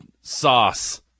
sauce